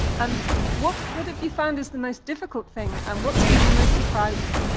and what what have you found is the most difficult thing, and what's been the most surprising?